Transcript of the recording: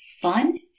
Fun